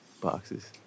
boxes